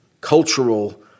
cultural